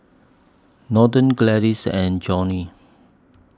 Norton Gladis and Johnnie